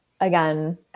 again